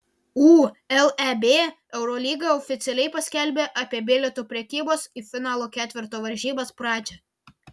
uleb eurolyga oficialiai paskelbė apie bilietų prekybos į finalo ketverto varžybas pradžią